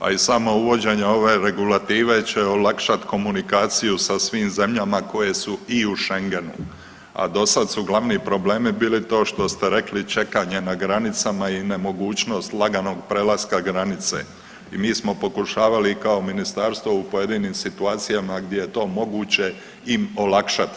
Pa i samo uvođenje ove regulative će olakšati komunikaciju sa svim zemljama koje su i u Schengenu, a dosad su glavni problemi bili to što ste rekli, čekanje na granicama i nemogućnost laganog prelaska granice i mi smo pokušavali i kao Ministarstvo u pojedinim situacijama gdje je to moguće im olakšati taj prolaz.